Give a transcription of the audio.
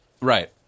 Right